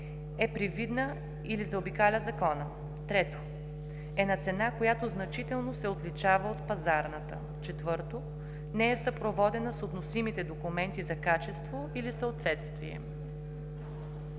е привидна или заобикаля закона; 3. е на цена, която значително се отличава от пазарната; 4. не е съпроводена с относимите документи за качество или съответствие.